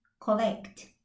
Collect